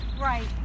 Right